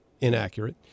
inaccurate